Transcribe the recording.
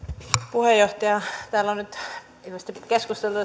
puheenjohtaja kun täällä on nyt ilmeisestikin keskusteltu